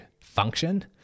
function